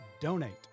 donate